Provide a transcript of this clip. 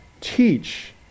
teach